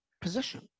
position